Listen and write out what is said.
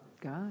God